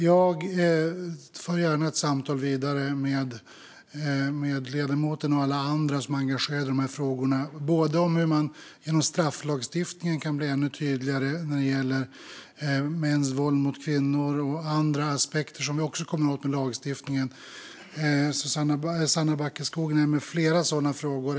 Jag för gärna ett vidare samtal med ledamoten och alla andra som är engagerade i de här frågorna, både om hur man i strafflagstiftningen kan bli ännu tydligare när det gäller mäns våld mot kvinnor och om andra aspekter som vi också kommer åt med lagstiftning. Sanna Backeskog nämner flera sådana frågor.